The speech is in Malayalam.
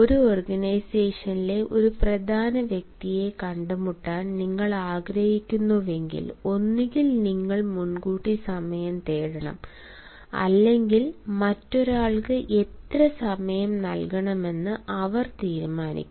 ഒരു ഓർഗനൈസേഷനിലെ ഒരു പ്രധാന വ്യക്തിയെ കണ്ടുമുട്ടാൻ നിങ്ങൾ ആഗ്രഹിക്കുന്നുവെങ്കിൽ ഒന്നുകിൽ നിങ്ങൾ മുൻകൂട്ടി സമയം തേടണം അല്ലെങ്കിൽ മറ്റൊരാൾക്ക് എത്ര സമയം നൽകണമെന്ന് അവർ തീരുമാനിക്കും